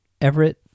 Everett